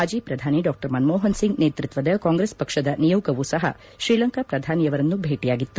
ಮಾಜಿ ಪ್ರಧಾನಿ ಡಾ ಮನಮೋಪನ್ ಸಿಂಗ್ ನೇತ್ಪತ್ತದ ಕಾಂಗ್ರೆಸ್ ಪಕ್ಷದ ನಿಯೋಗವೂ ಸಪ ಶ್ರೀಲಂಕಾ ಪ್ರಧಾನಿ ಅವರನ್ನು ಭೇಟಿಯಾಗಿತ್ತು